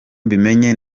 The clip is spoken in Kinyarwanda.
mbimenye